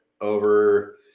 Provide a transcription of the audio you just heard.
over